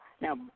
Now